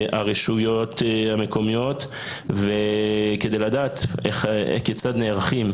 הרשויות המקומיות כדי לדעת כיצד נערכים,